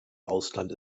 ausland